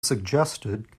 suggested